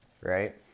right